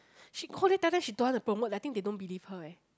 she call it die die she don't want to promote I think they don't believe her eh